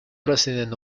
president